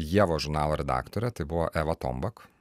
ievos žurnalo redaktorė tai buvo eva tombak